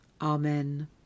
Amen